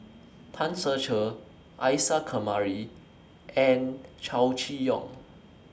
Tan Ser Cher Isa Kamari and Chow Chee Yong